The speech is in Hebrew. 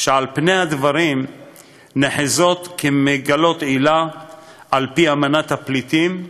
שעל פני הדברים נחזות כמגלות עילה על-פי אמנת הפליטים.